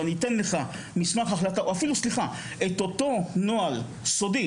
ואני אתן לך מסמך החלטה או את אותו נוהל סודי,